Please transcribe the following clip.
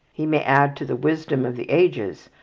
he may add to the wisdom of the ages,